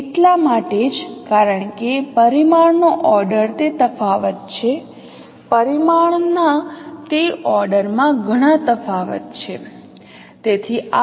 તેથી એટલા માટે જ કારણ કે પરિમાણનો ઓર્ડર તે તફાવત છે પરિમાણના તે ઓર્ડર માં ઘણાં તફાવત છે